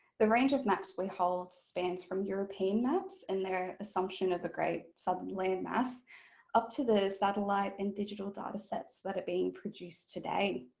the range of maps we hold spans from european maps and their assumption of a great southern land mass up to the satellite and digital datasets that are being produced today.